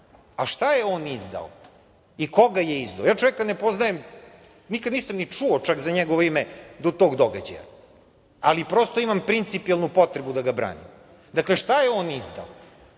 A šta je on izdao i koga je izdao? Ja čoveka ne poznajem, nikad nisam ni čuo čak za njegovo ime do tog događaja, ali prosto imam principijelnu potrebu da ga branim. Dakle, šta je on izdao?30/2